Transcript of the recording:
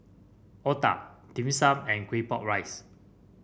otah Dim Sum and Claypot Rice